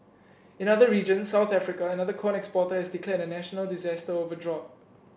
in other regions South Africa another corn exporter has declared a national disaster over drought